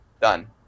done